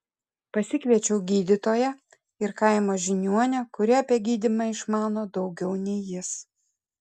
pasikviečiau gydytoją ir kaimo žiniuonę kuri apie gydymą išmano daugiau nei jis